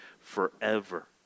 forever